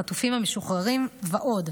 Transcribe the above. חטופים משוחררים ועוד.